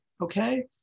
Okay